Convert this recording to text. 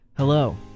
Hello